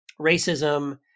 racism